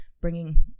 bringing